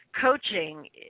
coaching